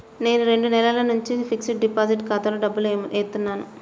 నేను రెండు నెలల నుంచి ఫిక్స్డ్ డిపాజిట్ ఖాతాలో డబ్బులు ఏత్తన్నాను